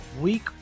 Week